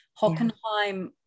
Hockenheim